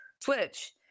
switch